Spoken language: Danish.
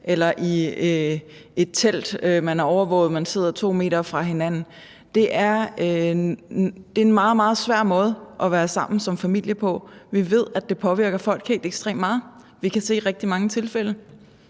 eller i et telt. Man er overvåget, og man sidder 2 m fra hinanden. Det er en meget, meget svær måde at være sammen på som familie. Vi ved, at det påvirker folk helt ekstremt meget. Vi kan se rigtig mange tilfælde,